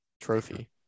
trophy